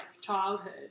childhood